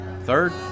third